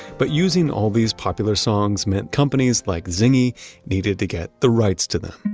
but using all these popular songs meant companies like zingy needed to get the rights to them